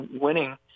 winning